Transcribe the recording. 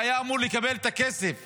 שהיה אמור לקבל את הכסף,